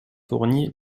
fournie